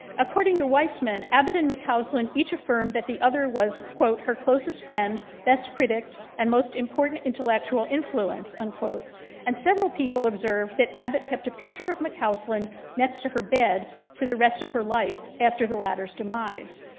according to wiseman, abbott and mccausland each affirm that the other was her closest friend best critic and most important intellectual influence. and and several people observed that abbott kept a picture of mccausland next to her bed for the rest of her life after latters demise.